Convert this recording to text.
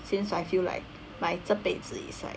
since I feel like my 这辈子 is like